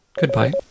Goodbye